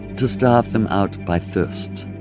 to starve them out by thirst.